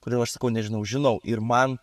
kodėl aš sakau nežinau žinau ir man